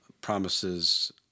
Promises